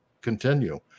continue